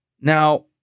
Now